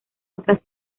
otras